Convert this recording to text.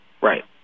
Right